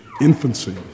infancy